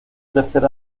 tercer